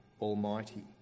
Almighty